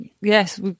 Yes